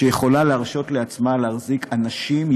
שיכולה להרשות לעצמה להחזיק אנשים,